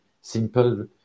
simple